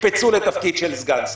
יקפצו לתפקיד של סגן שר.